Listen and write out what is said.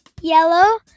yellow